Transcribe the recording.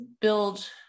build